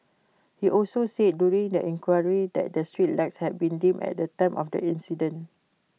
he also said during the inquiry that the street lights had been dim at the time of the accident